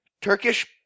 Turkish